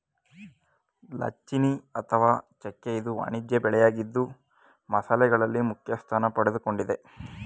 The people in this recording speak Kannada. ದಾಲ್ಚಿನ್ನಿ ಅಥವಾ ಚೆಕ್ಕೆ ಇದು ವಾಣಿಜ್ಯ ಬೆಳೆಯಾಗಿದ್ದು ಮಸಾಲೆಗಳಲ್ಲಿ ಮುಖ್ಯಸ್ಥಾನ ಪಡೆದುಕೊಂಡಿದೆ